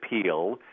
appeal